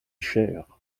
cher